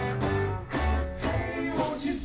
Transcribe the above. and then you